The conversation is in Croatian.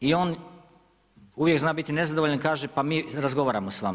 I on uvijek zna biti nezadovoljan i kaže pa mi razgovaramo s vama.